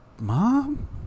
Mom